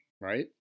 Right